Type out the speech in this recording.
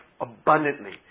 abundantly